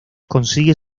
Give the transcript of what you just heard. consigue